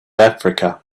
africa